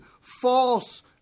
false